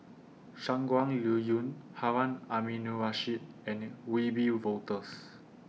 Shangguan Liuyun Harun Aminurrashid and Wiebe Wolters